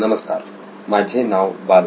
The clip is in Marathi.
नमस्कार माझे नाव बाला